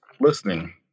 listening